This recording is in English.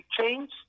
change